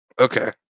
Okay